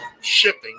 shipping